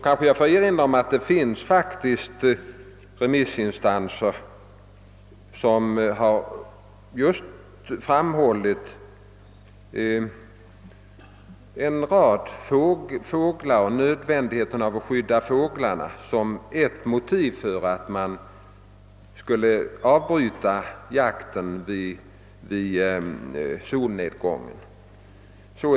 kanske jag får erinra om att vissa remissinstanser har framhållit nödvändigheten att skydda just fåglarna som ett motiv för att jakten bör avbrytas vid solnedgången.